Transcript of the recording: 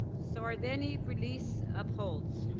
sort of any release of holds?